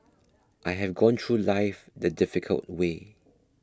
I have gone through life the difficult way